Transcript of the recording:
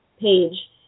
page